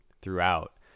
throughout